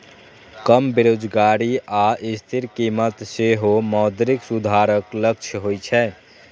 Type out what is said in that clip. कम बेरोजगारी आ स्थिर कीमत सेहो मौद्रिक सुधारक लक्ष्य होइ छै